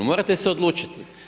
Morate se odlučiti.